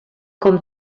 com